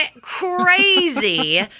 crazy